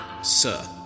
Sir